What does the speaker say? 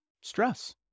stress